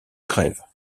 grève